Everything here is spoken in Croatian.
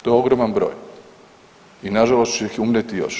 To je ogroman broj i nažalost će ih umrijeti još.